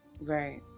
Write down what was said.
right